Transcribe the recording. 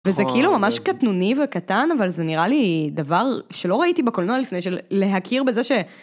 וזה כאילו ממש קטנוני וקטן, אבל זה נראה לי דבר שלא ראיתי בקולנוע לפני, של להכיר בזה ש...